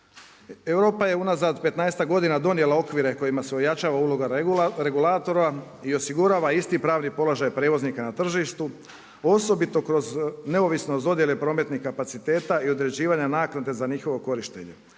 Europa je unazad petnaestak godina donijela okvire kojima se ojačava uloga regulatora i osigurava isti pravni položaj prijevoznika na tržištu osobito kroz neovisnost dodjele prometnih kapaciteta i određivanja naknade za njihovo korištenje,